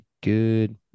good